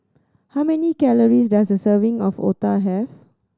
how many calories does a serving of otah have